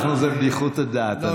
זו בדיחות הדעת.